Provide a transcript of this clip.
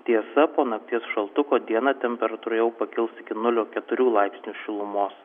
tiesa po nakties šaltuko dieną temperatūra jau pakils iki nulio keturių laipsnių šilumos